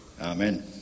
Amen